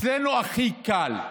אצלנו הכי קל.